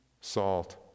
salt